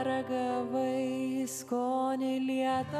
ragavai skoniai lieka